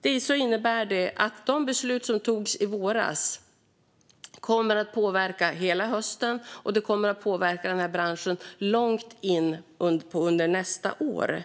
Det innebär att de beslut som togs i våras kommer att påverka branschen hela hösten och långt in på nästa år.